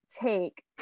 take